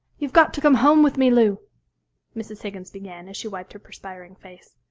you've got to come home with me, lou mrs. higgins began, as she wiped her perspiring face.